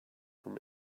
from